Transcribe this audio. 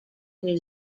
new